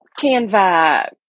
Canva